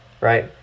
right